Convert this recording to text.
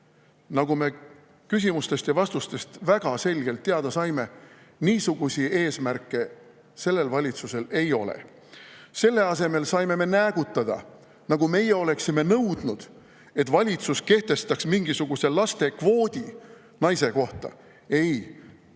Nagu me küsimustest ja vastustest väga selgelt teada saime, niisuguseid eesmärke sellel valitsusel ei ole. Selle asemel saime näägutada, nagu meie oleksime nõudnud, et valitsus kehtestaks mingisuguse lastekvoodi naise kohta. Ei,